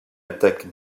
attaque